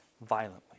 violently